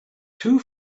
too